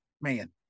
man